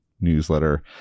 newsletter